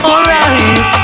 Alright